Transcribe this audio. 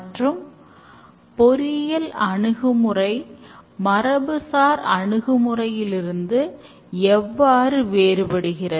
மற்றும் இந்த பொறியியல் அணுகுமுறை மரபுசார் அணுகுமுறையிலிருந்து எவ்வாறு வேறுபடுகிறது